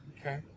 Okay